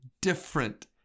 different